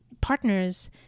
partners